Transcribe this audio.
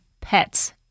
pets